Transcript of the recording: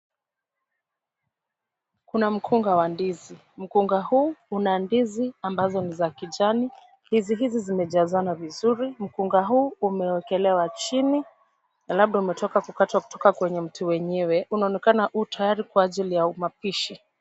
Kuna mkunga wa ndizi, mkunga huu una ndizi ambazo ni za kijani. Ndizi hizi zimejazana vizuri, mkunga huu umewekelewa chini na labda umetoka kukatwa kwenye mti wenyewe unaonekana u tayari kwa ajili ya mapishi.